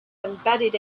embedded